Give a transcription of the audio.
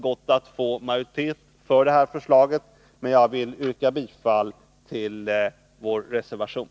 Jag vill yrka bifall till vår reservation.